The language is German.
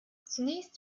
zunächst